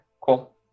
cool